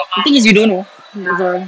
the thing is you don't know that's why